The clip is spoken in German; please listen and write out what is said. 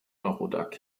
eurodac